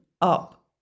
up